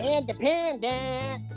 independent